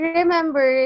remember